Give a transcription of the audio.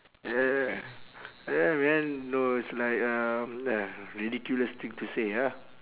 yeah yeah man no it's like a uh ridiculous thing to say ah